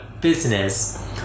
business